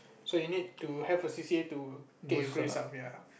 so you need to have a C_C_A to get your grades up ya